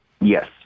Yes